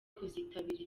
kuzitabira